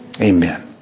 Amen